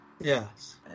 Yes